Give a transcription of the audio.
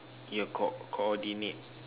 your co~ coordinate